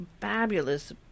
fabulous